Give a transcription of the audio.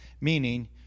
meaning